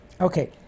Okay